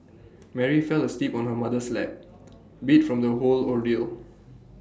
Mary fell asleep on her mother's lap beat from the whole ordeal